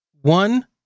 one